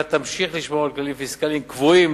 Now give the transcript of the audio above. תמשיך לשמור על כללים פיסקליים קבועים,